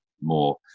more